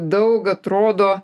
daug atrodo